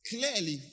Clearly